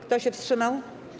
Kto się wstrzymał?